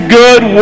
good